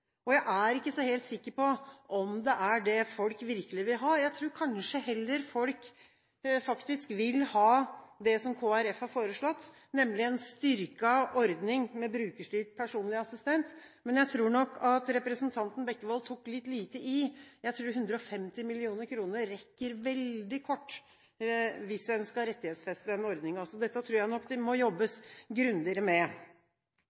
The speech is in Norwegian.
samfunn. Jeg er ikke så helt sikker på om det er det folk virkelig vil ha, jeg tror kanskje heller folk faktisk vil ha det som Kristelig Folkeparti har foreslått, nemlig en styrket ordning med brukerstyrt personlig assistent. Men jeg tror nok at representanten Bekkevold tok litt lite i, jeg tror 150 mill. kr rekker veldig kort hvis en skal rettighetsfeste denne ordningen. Dette tror jeg nok det må jobbes grundigere med.